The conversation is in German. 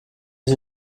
sie